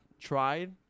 tried